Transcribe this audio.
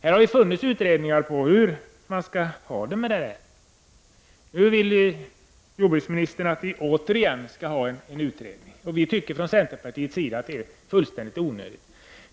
Det har funnits utredningar om hur man skall ha det med det. Nu vill jordbruksministern att vi återigen skall tillsätta en utredning. Vi tycker från centerpartiets sida att det är fullständigt onödigt.